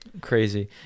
crazy